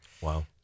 Wow